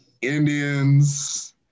indians